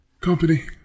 Company